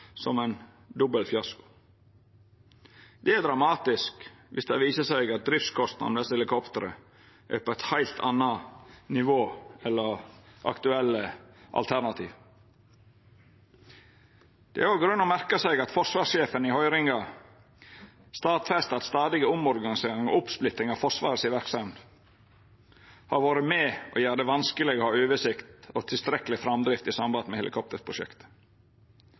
som ein dobbel fiasko. Det er dramatisk viss det viser seg at driftskostnadane med desse helikoptera er på eit heilt anna nivå enn aktuelle alternativ. Det er òg grunn til å merka seg at forsvarssjefen i høyringa stadfesta at stadige omorganiseringar og oppsplitting av Forsvaret si verksemd har vore med på å gjera det vanskeleg å ha oversikt og tilstrekkeleg framdrift i samband med helikopterprosjektet.